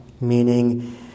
meaning